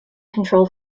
control